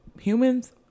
humans